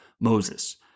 Moses